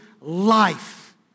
life